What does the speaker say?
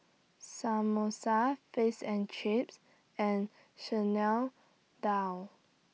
Samosa Face and Chips and Chanel Dal